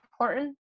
important